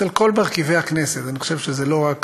אצל כל מרכיבי הכנסת, אני חושב שזה לא משקף רק